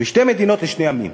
לשני עמים.